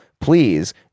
please